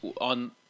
on